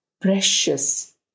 precious